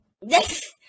yes